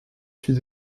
suis